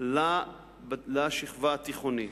לשכבה התיכונית.